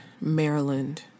Maryland